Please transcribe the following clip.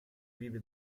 vive